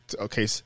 okay